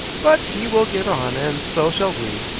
but he will get on, and so shall we.